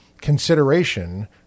consideration